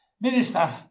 Minister